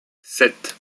sept